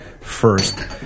first